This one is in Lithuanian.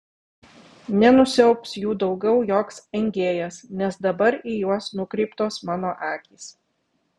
nenusiaubs jų daugiau joks engėjas nes dabar į juos nukreiptos mano akys